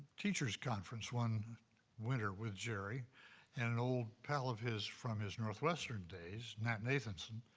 teachers' conference one winter with jerry and an old pal of his from his northwestern days nat nathanson.